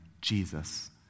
Jesus